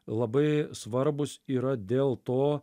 labai svarbūs yra dėl to